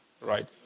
right